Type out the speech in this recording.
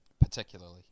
particularly